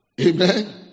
Amen